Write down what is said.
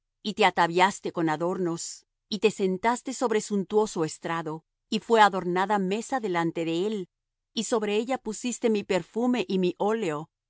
y te ataviaste con adornos y te sentaste sobre suntuoso estrado y fué adornada mesa delante de él y sobre ella pusiste mi perfume y mi óleo